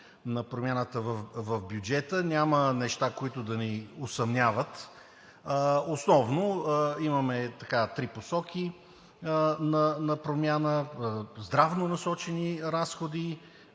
на промяната в бюджета – няма неща, които да ни усъмняват. Основно имаме три посоки на промяна: здравно насочени разходи,